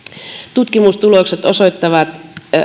tutkimustulokset osoittavat